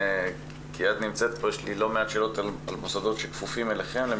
ומה עשיתם בנושא הזה כי הם כפופים אליכם.